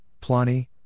plani